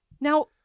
Now